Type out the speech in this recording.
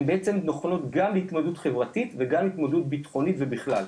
הם באמת התמודדות גם חברתית וגם התמודדות ביטחונית ובכלל.